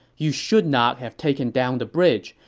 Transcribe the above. you should not have taken down the bridge.